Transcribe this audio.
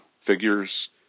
figures